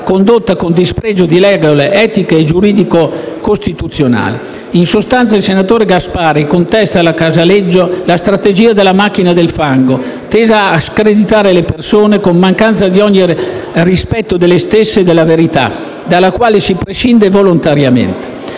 condotta con dispregio di regole etiche e giuridico-costituzionali. In sostanza, il senatore Gasparri contesta alla Casaleggio Associati Srl la strategia della macchina del fango, tesa a screditare le persone, con mancanza di ogni rispetto delle stesse e della verità, dalla quale si prescinde volontariamente.